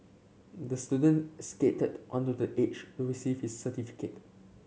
the student skated onto the age to receive his certificate